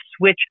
switch